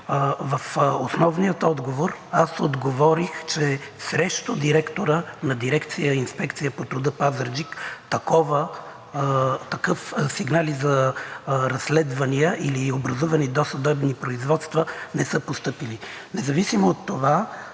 В основния отговор аз отговорих, че срещу директора на дирекция „Инспекция по труда“ – Пазарджик, такива сигнали за разследвания или образувани досъдебни производства не са постъпили. Независимо от това,